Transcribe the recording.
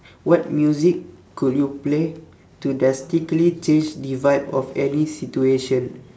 what music could you play to drastically change the vibe of any situation